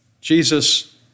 Jesus